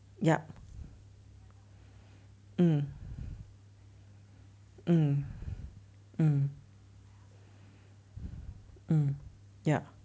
yup mm mm mm mm yup